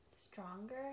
stronger